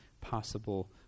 possible